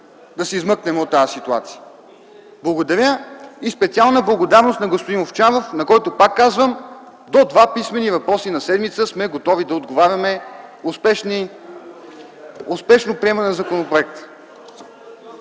да се измъкнем от тази ситуация. (Реплика от КБ.) Благодаря! И специална благодарност на господин Овчаров, на който пак казвам - до два писмени въпроса на седмица сме готови да отговаряме. Успешно приемане на законопроекта!